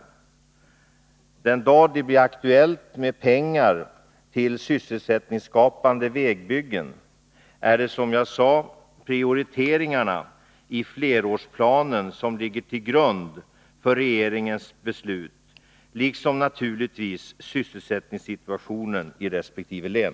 Den dag det blir aktuellt med pengar till sysselsättningsskapande vägbyggen är det, som jag sade, prioriteringarna i flerårsplanen som ligger till grund för regeringens beslut liksom naturligtvis sysselsättningssituationen i resp. län.